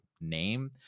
name